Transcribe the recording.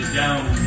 down